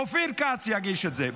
שאופיר כץ יגיש את זה,